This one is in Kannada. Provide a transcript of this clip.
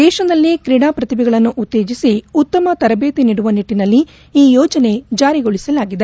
ದೇಶದಲ್ಲಿ ತ್ರೀಡಾ ಪ್ರತಿಭೆಗಳನ್ನು ಉತ್ತೇಜಿಸಿ ಉತ್ತಮ ತರದೇತಿ ನೀಡುವ ನಿಟ್ಟನಲ್ಲಿ ಈ ಯೋಜನೆ ಜಾರಿಗೊಳಿಸಲಾಗಿದೆ